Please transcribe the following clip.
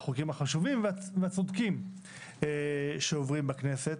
החוקים החשובים והצודקים שעוברים בכנסת.